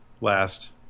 last